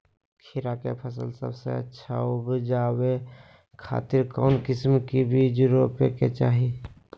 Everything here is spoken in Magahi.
खीरा के फसल सबसे अच्छा उबजावे खातिर कौन किस्म के बीज रोपे के चाही?